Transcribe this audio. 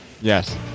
Yes